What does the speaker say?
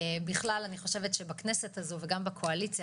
בכלל אני חושבת שבכנסת הזאת וגם בקואליציה